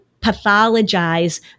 pathologize